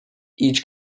each